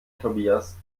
tobias